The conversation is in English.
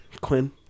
Quinn